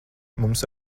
mums